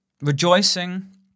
Rejoicing